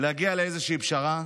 להגיע לאיזושהי פשרה,